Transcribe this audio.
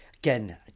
Again